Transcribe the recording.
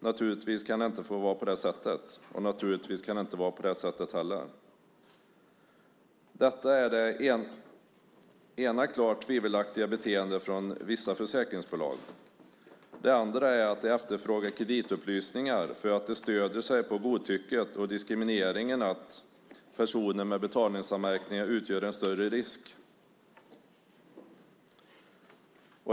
Naturligtvis kan det inte få vara på det sättet, och naturligtvis ska det inte vara på det sättet heller. Detta är det ena klart tvivelaktiga beteendet från vissa försäkringsbolag. Det andra är att de efterfrågar kreditupplysningar för att de stöder sig på godtycket och diskrimineringen att personer med betalningsanmärkningar utgör en större risk.